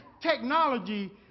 Technology